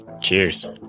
Cheers